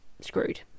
screwed